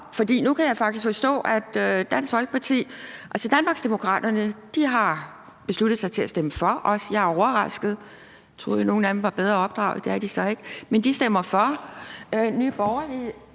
nu kan jeg faktisk forstå, at Dansk Folkeparti står lidt alene. Altså, Danmarksdemokraterne har besluttet sig til at stemme for også – jeg er overrasket. Jeg troede jo, at nogle af dem var bedre opdraget; det er de så ikke, men de stemmer for. Nye Borgerlige